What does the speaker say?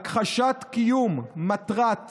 הכחשת קיום מטרת המכניזם,